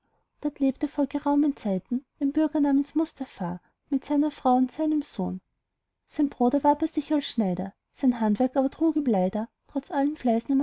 dort lebte vor geraumen zeiten ein bürger namens mustapha mit seiner frau und seinem sohn sein brot erwarb er sich als schneider sein handwerk aber trug ihm leider trotz allem